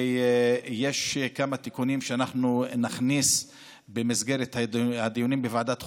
יש כמה תיקונים שנכניס במסגרת הדיונים בוועדת חוקה.